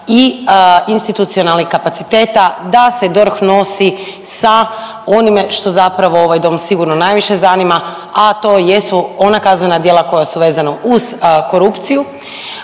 i institucionalnih kapaciteta da se DORH nosi sa onime što zapravo ovaj Dom najviše zanima, a to jesu ona kaznena djela koja su vezano uz korupciju